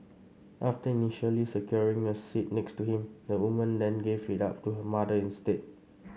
after initially securing a seat next to him the woman then gave it up to her mother instead